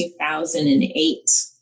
2008